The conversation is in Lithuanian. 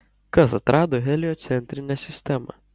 kas atrado heliocentrinę sistemą